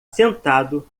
sentado